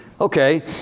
Okay